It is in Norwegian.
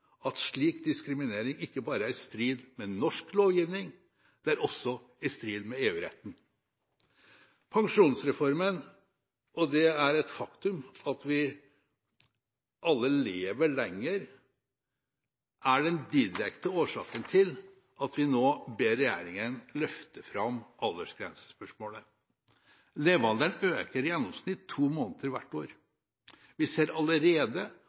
at slik diskriminering ikke bare er i strid med norsk lovgivning – den er også i strid med EU-retten. Pensjonsreformen og det faktum at vi alle lever lenger, er den direkte årsaken til at vi nå ber regjeringen løfte fram aldersgrensespørsmålet. Levealderen øker i gjennomsnitt med to måneder hvert år. Vi ser allerede